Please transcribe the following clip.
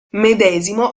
medesimo